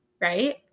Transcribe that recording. right